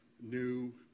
new